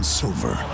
silver